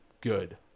good